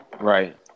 Right